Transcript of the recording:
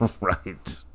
right